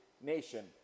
nation